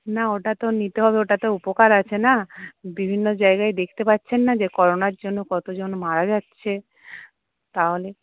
না ওটা তো নিতে হবে ওটা তো উপকার আছে না বিভিন্ন জায়গায় দেখতে পাচ্ছেন না যে করোনার জন্য কতজন মারা যাচ্ছে তাহলে